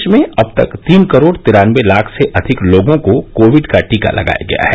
देश में अब तक तीन करोड़ तिरानबे लाख से अधिक लोगों को कोविड का टीका लगाया गया है